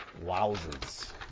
Wowzers